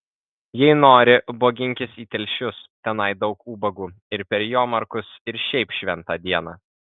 jei nori boginkis į telšius tenai daug ubagų ir per jomarkus ir šiaip šventą dieną